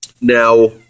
Now